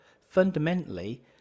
Fundamentally